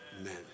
Amen